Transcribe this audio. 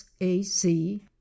AC